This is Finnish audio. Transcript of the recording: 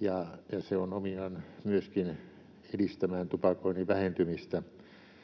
ja se on myöskin omiaan edistämään tupakoinnin vähentymistä.